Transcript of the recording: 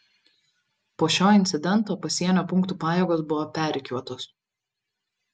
po šio incidento pasienio punktų pajėgos buvo perrikiuotos